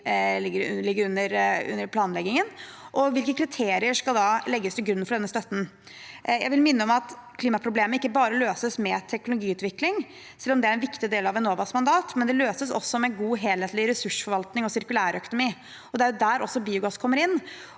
ligger under planleggingen, og hvilke kriterier skal da legges til grunn for denne støtten? Jeg vil minne om at klimaproblemet ikke bare løses med teknologiutvikling, selv om det er en viktig del av Enovas mandat. Det løses også med god, helhetlig ressursforvaltning og sirkulærøkonomi, og det er der også biogass kommer inn.